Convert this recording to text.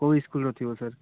କେଉଁ ସ୍କୁଲ୍ର ଥିବ ସାର୍